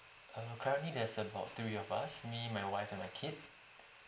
err currently there's about three of us me my wife and my kid